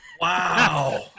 Wow